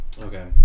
Okay